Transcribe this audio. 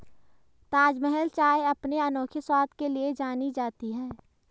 ताजमहल चाय अपने अनोखे स्वाद के लिए जानी जाती है